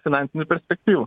finansinių perspektyvų